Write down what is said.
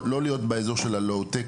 לא להיות באזור של ה"לאו-טק",